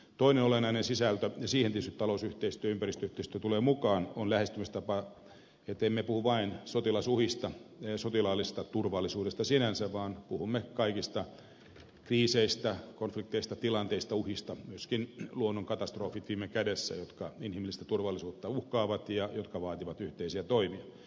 toinen olennainen sisältö ja siihen tietysti talousyhteistyö ja ympäristöyhteistyö tulevat mukaan on se lähestymistapa että emme puhu vain sotilasuhista sotilaallisesta turvallisuudesta sinänsä vaan puhumme kaikista kriiseistä konflikteista tilanteista uhista myöskin viime kädessä luonnonkatastrofeista jotka inhimillistä turvallisuutta uhkaavat ja jotka vaativat yhteisiä toimia